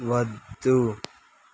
వద్దు